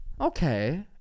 okay